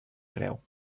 creu